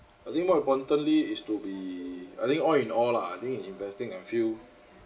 I think more importantly is to be I think all in all lah I think investing a few